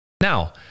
Now